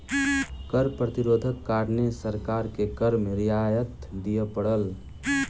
कर प्रतिरोधक कारणें सरकार के कर में रियायत दिअ पड़ल